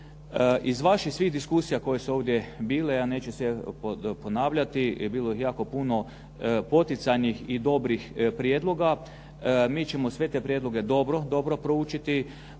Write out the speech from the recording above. Iz vaših svih diskusija koje su ovdje bile a neće se ponavljati a bilo ih je jako puno, poticajnih i dobrih prijedloga. Mi ćemo sve te prijedloge dobro, dobro proučiti